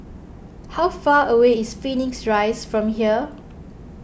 how far away is Phoenix Rise from here